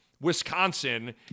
Wisconsin